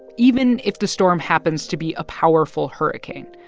even if the storm happens to be a powerful hurricane.